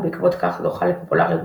ובעקבות כך זוכה לפופולריות גבוהה.